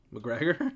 McGregor